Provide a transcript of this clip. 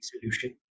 solution